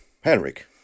Henrik